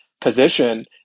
position